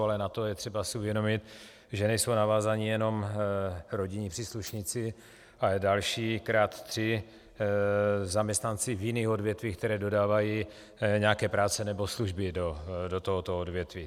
Ale na to je třeba si uvědomit, že nejsou navázáni jenom rodinní příslušníci, ale další krát tři zaměstnanci v jiných odvětvích, která dodávají nějaké práce nebo služby do tohoto odvětví.